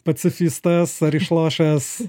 pacifistas ar išlošęs